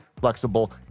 flexible